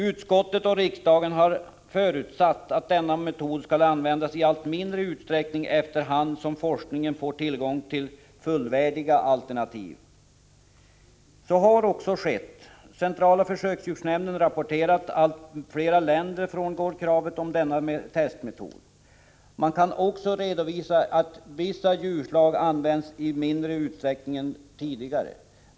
Utskottet och riksdagen har förutsatt att denna metod skall användas i allt mindre utsträckning, efter hand som forskningen får tillgång till fullvärdiga alternativ. Så har också skett. Centrala försöksdjursnämnden har rapporterat att allt flera länder frångår kravet på denna testmetod. Man kan också redovisa att vissa djurslag används i mindre utsträckning än tidigare.